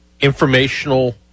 informational